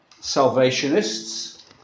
salvationists